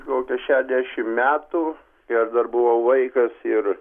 kokia šešiasdešimt metų kai aš dar buvau vaikas ir